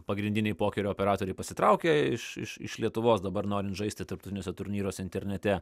pagrindiniai pokerio operatoriai pasitraukė iš iš iš lietuvos dabar norint žaisti tarptautiniuose turnyruose internete